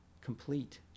complete